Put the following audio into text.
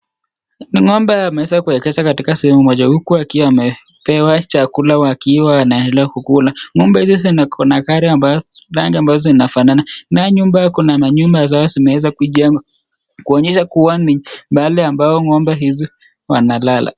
Ni ng'ombe ameweza kuwekwa katika sehemu moja huku akiwa amepewa chakula akiwa anaendelea kukula. Ng'ombe hizi zinakona rangi ambazo rangi ambazo zinafanana. Na nyumba kuna manyumba za zimeweza kujengwa kuonyesha kuwa ni mahali ambapo ng'ombe hizi wanalala.